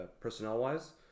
personnel-wise